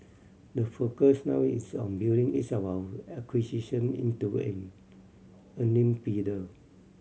the focus now is on building each of our acquisition into an earning pillar